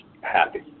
happy